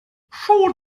schon